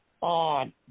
on